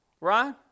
Right